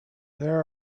there